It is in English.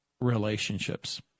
relationships